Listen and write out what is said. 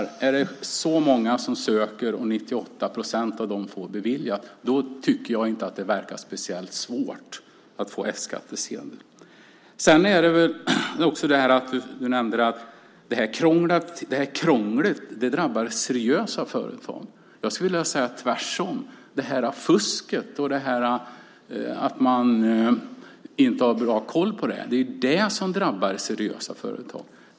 När det är så många som söker och 98 procent får det beviljat tycker jag inte att det verkar speciellt svårt. Du nämnde att krånglet drabbar seriösa företag. Jag skulle vilja säga tvärtom. Fusket och att man inte har bra koll är det som drabbar seriösa företag.